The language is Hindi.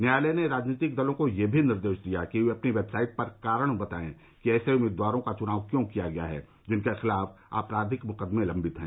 न्यायालय ने राजनीतिक दलों को यह भी निर्देश दिया कि वे अपनी वेबसाइट पर कारण बतायें कि ऐसे उम्मीदवारों का चुनाव क्यों किया गया है जिन के खिलाफ आपराधिक मुकदमे लम्बित हैं